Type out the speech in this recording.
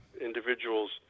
individuals